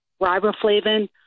riboflavin